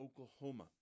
Oklahoma